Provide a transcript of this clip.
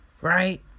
right